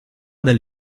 del